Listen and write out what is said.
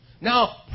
Now